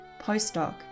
postdoc